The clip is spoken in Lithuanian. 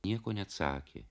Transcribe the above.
nieko neatsakė